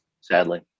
Sadly